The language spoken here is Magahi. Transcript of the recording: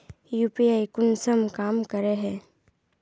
यु.पी.आई कुंसम काम करे है?